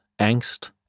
angst